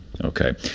okay